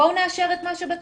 בואו נאשר את מה שבקונצנזוס,